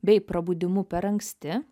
bei prabudimu per anksti